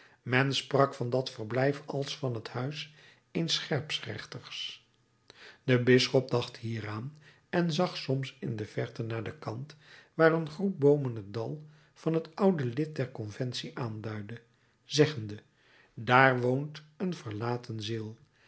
men sprak van dat verblijf als van het huis eens scherprechters de bisschop dacht hieraan en zag soms in de verte naar den kant waar een groep boomen het dal van het oude lid der conventie aanduidde zeggende daar woont een verlaten ziel